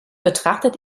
betrachtet